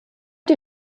die